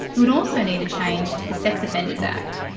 it would also need a change to the sex offenders act.